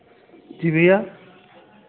जी भैया